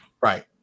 Right